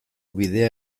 bidea